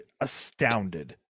astounded